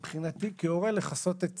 ומבחינתי, כהורה, זה צריך לכסות את